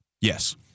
Yes